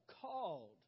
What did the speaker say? called